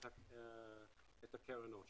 קרן העושר.